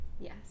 Yes